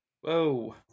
Whoa